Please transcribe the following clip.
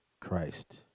Christ